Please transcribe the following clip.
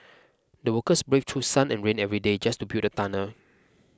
the workers braved through sun and rain every day just to build the tunnel